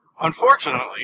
unfortunately